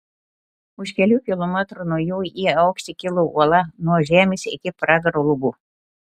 už kelių kilometrų nuo jų į aukštį kilo uola nuo žemės iki pragaro lubų